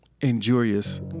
injurious